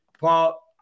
Paul